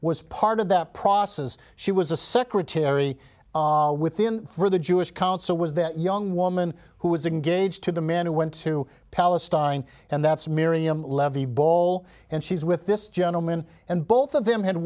was part of that process she was a secretary within for the jewish council was that young woman who was engaged to the man who went to palestine and that's miriam levy ball and she's with this gentleman and both of them had